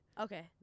Okay